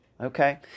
okay